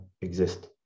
exist